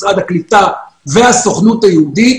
משרד הקליטה והסוכנות היהודית.